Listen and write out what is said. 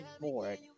bored